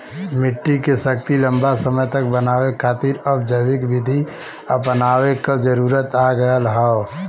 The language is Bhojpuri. मट्टी के शक्ति लंबा समय तक बनाये खातिर अब जैविक विधि अपनावे क जरुरत आ गयल हौ